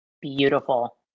beautiful